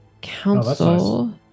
council